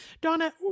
Donna